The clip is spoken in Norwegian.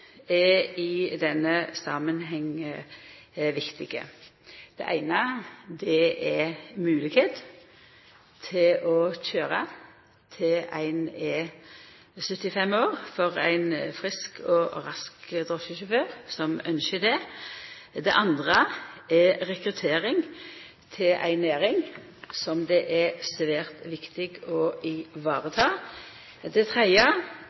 i denne samanhengen viktige: Det eine er moglegheit til å køyra til ein er 75 år for ein frisk og rask drosjesjåfør som ynskjer det. Det andre er rekruttering til ei næring som det er svært viktig å vareta. Det tredje